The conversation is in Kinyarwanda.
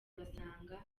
basanga